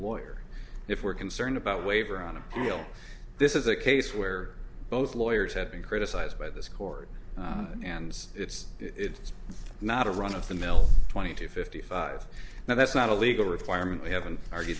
lawyer if we're concerned about waiver on appeal this is a case where both lawyers have been criticized by this court and it's not a run of the mill twenty two fifty five now that's not a legal requirement we haven't argue